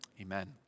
Amen